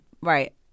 right